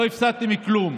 לא הפסדתם כלום.